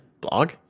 Blog